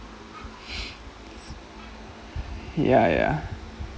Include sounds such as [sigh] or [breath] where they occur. [breath] ya ya